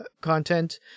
content